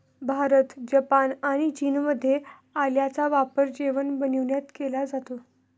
Bharat, Japan आणि चीनमध्ये आल्याचा वापर जेवण बनविण्यात केला जातो